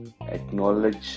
acknowledge